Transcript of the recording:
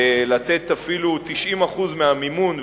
לתת אפילו 90% מהמימון,